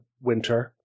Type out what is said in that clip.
winter